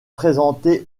présentée